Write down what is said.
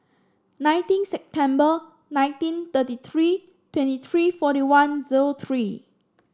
nineteen September nineteen thirty three twenty three forty one zero three